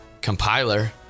compiler